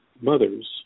mothers